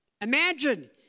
Imagine